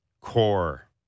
core